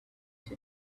into